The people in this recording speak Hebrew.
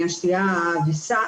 משתיית אביסה,